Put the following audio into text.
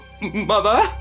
Mother